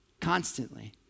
constantly